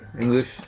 English